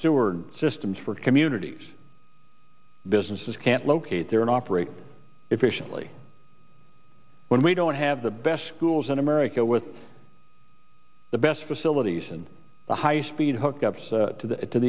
sewer systems for communities businesses can't locate there and operate efficiently when we don't have the best schools in america with the best facilities and the high speed hookup to the to